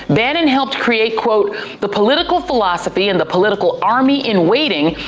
bannon helped create, quote the political philosophy, and the political army-in-waiting,